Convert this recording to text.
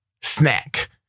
snack